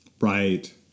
Right